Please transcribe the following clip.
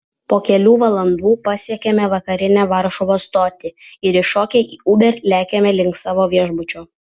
po kelių valandų pasiekiame vakarinę varšuvos stotį ir įšokę į uber lekiame link savo viešbučio